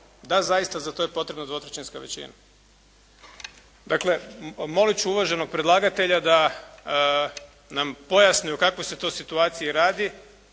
Da, zaista za to je potrebna dvotrećinska većina. Dakle molit ću uvaženog predlagatelja da nam pojasni o kakvoj se to situaciji radi